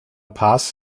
paz